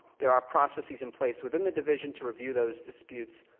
there are processes in place within the division to review those disputes.